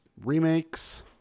Remakes